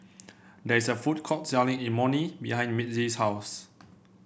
there is a food court selling Imoni behind Mitzi's house